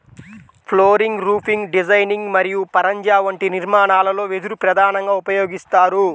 flooring, roofing designing మరియు పరంజా వంటి నిర్మాణాలలో వెదురు ప్రధానంగా ఉపయోగిస్తారు